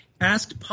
asked